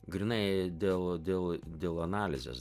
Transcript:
grynai dėl dėl dėl analizės